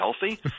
healthy